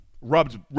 rubbed